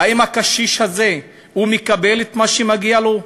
האם הקשיש הזה מקבל את מה שמגיע לו.